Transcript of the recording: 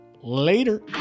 Later